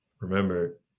Remember